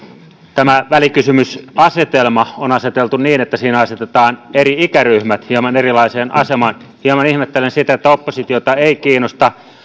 tämä välikysymysasetelma on aseteltu niin että siinä asetetaan eri ikäryhmät hieman erilaiseen asemaan hieman ihmettelen sitä että oppositiota ei kiinnosta